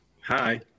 Hi